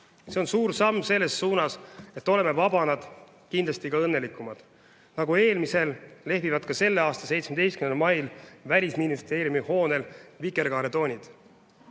See on suur samm selles suunas, et oleme vabamad, kindlasti ka õnnelikumad. Nagu eelmisel, lehvivad ka selle aasta 17. mail Välisministeeriumi hoonel vikerkaare toonid.